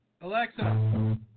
Alexa